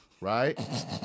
Right